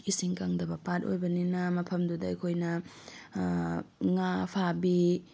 ꯏꯁꯤꯡ ꯀꯪꯗꯕ ꯄꯥꯠ ꯑꯣꯏꯕꯅꯤꯅ ꯃꯐꯝꯗꯨꯗ ꯑꯩꯈꯣꯏꯅ ꯉꯥ ꯐꯥꯕꯤ